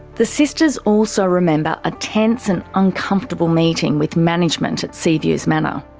the sisters also remember a tense and uncomfortable meeting with management at sea views manor.